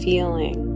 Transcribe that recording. Feeling